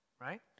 right